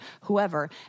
whoever